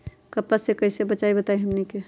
कपस से कईसे बचब बताई हमनी के?